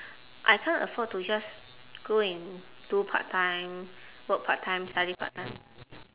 I can't afford to just go and do part-time work part-time study part-time